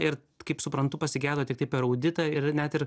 ir kaip suprantu pasigedo tiktai per auditą ir net ir